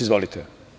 Izvolite.